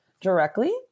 directly